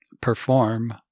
perform